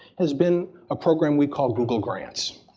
has been a program we call google grants.